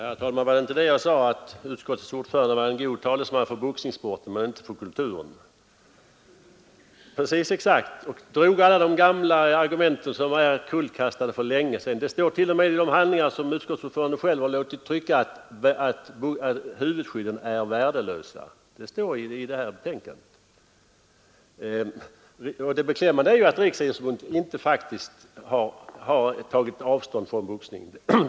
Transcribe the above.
Herr talman! Var det inte det jag sade, att utskottets ordförande var en god talesman för boxningssporten men inte för kulturen. Precis exakt! Han drog alla de gamla argumenten, som är kullkastade för länge sedan. Det står t.o.m. i de handlingar som utskottsordföranden själv har låtit trycka i betänkandet att huvudskydden är värdelösa. Det beklämmande är ju att Riksidrottsförbundet faktiskt inte har tagit avstånd från boxningen.